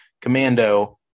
Commando